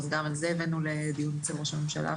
אז גם את העניין הזה הבאנו לדיון אצל ראש הממשלה עכשיו.